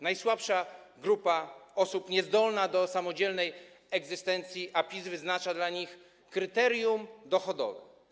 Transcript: Najsłabsza grupa osób, niezdolna do samodzielnej egzystencji, a PiS wyznacza dla niej kryterium dochodowe.